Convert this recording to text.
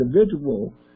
individual